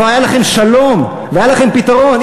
כבר היה לכם שלום והיה לכם פתרון.